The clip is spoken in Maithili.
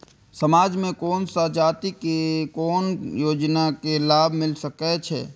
समाज में कोन सा जाति के कोन योजना के लाभ मिल सके छै?